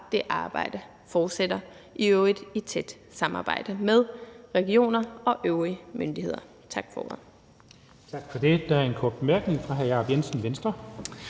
det arbejde fortsætter, i øvrigt i tæt samarbejde med regioner og øvrige myndigheder. Tak for ordet. Kl. 12:53 Den fg. formand (Jens Henrik